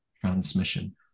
transmission